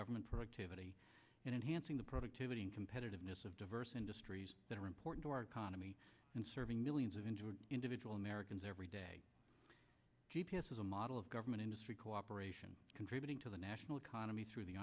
government productivity enhancing the productivity and competitiveness of diverse industries that are important to our economy and serving million of injured individual americans every day g p s is a model of government industry cooperation contributing to the national economy through the